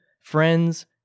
friends